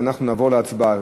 נעבור להצבעה.